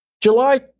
July